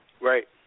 Right